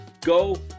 go